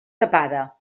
tapada